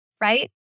Right